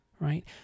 right